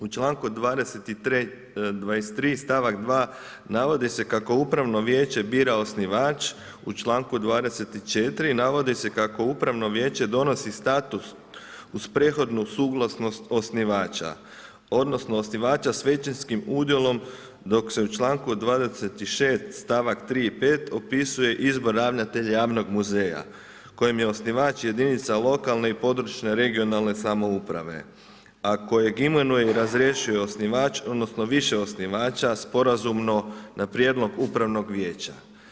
U članku 23. stavak 2. navodi se kako upravno vijeće bira osnivač u članku 24. navodi se kako upravno vijeće donosi status uz prethodnu suglasnost osnivača, odnosno osnivača s većinskim udjelom, dok se u članku 26. stavak 3. i 5. opisuje izbor ravnatelja javnog muzeja kojem je osnivač jedinica lokalne i područne regionalne samouprave, a kojeg imenuje i razrješuje osnivač, odnosno više osnivača sporazumno na prijedlog upravnog vijeća.